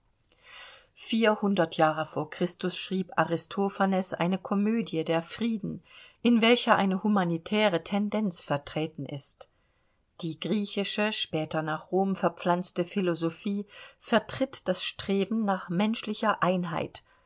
vierhundert jahre vor christus schrieb aristophanes eine komödie der frieden in welcher eine humanitäre tendenz vertreten ist die griechische später nach rom verpflanzte philosophie vertritt das streben nach menschlicher einheit